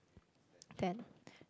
then